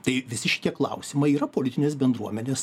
tai visi šie klausimai yra politinės bendruomenės